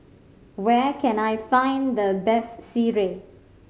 where can I find the best sireh